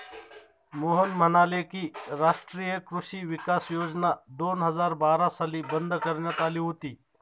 मोहन म्हणाले की, राष्ट्रीय कृषी विकास योजना दोन हजार बारा साली बंद करण्यात आली होती